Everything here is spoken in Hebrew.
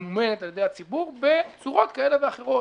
ממומנת על יד הציבור בצורות כאלה ואחרות,